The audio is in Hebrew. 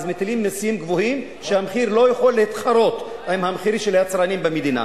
מטילים עליו מסים גבוהים כדי שהמחיר לא יתחרה עם מחיר היצרנים במדינה.